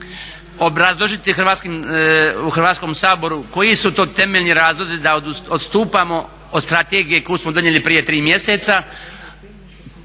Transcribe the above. obrazložiti u Hrvatskom saboru koji su to temeljni razlozi da odstupamo od strategije koju smo donijeli prije 3 mjeseca,